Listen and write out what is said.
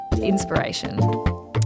inspiration